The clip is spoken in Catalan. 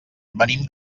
venim